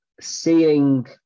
seeing